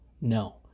No